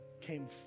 came